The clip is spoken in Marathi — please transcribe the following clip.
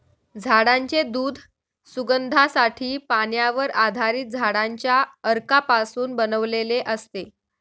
झाडांचे दूध सुगंधासाठी, पाण्यावर आधारित झाडांच्या अर्कापासून बनवलेले असते